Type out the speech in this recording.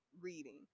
reading